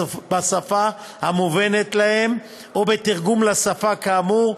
בשפה המובנת להם או בתרגום לשפה כאמור,